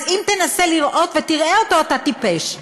אז אם תנסה לראות ולא תראה אותו, אתה טיפש.